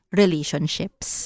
relationships